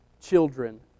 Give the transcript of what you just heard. children